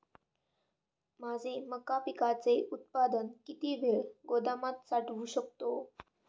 माझे मका पिकाचे उत्पादन किती वेळ गोदामात साठवू शकतो?